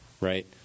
right